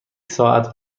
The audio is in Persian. ساعت